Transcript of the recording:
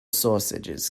sausages